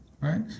Right